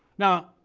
now,